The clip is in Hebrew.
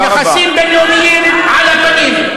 יחסים בין-לאומיים, על הפנים.